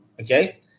Okay